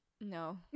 No